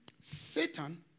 Satan